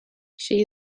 she